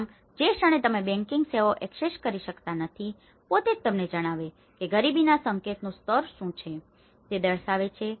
આમ જે ક્ષણે તમે બેંકિંગ સેવાઓ એક્સેસ કરી શકતા નથી જે પોતે જ તમને જણાવે છે ગરીબીના સંકેતનું સ્તર શું છે તે દર્શાવે છે